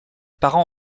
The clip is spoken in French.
parents